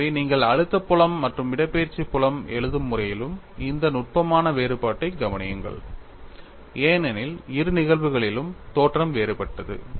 எனவே நீங்கள் அழுத்த புலம் மற்றும் இடப்பெயர்ச்சி புலம் எழுதும் முறையிலும் இந்த நுட்பமான வேறுபாட்டைக் கவனியுங்கள் ஏனெனில் இரு நிகழ்வுகளிலும் தோற்றம் வேறுபட்டது